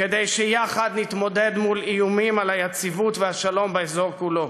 כדי שיחד נתמודד מול איומים על היציבות והשלום באזור כולו.